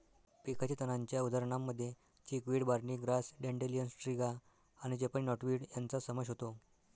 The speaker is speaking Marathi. पिकाच्या तणांच्या उदाहरणांमध्ये chickweed, barny grass, dandelion, striga आणि जपानी नॉटवीड यांचा समावेश होतो